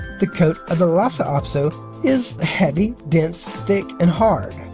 the coat of the lhasa apso is heavy, dense, thick, and hard.